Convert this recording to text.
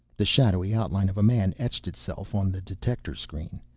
the shadowy outline of a man etched itself on the detector screen.